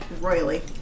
royally